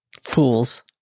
Fools